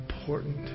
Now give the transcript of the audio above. important